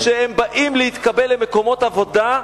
כשהם באים להתקבל למקומות עבודה,